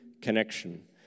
connection